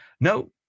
no